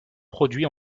produit